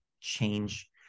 change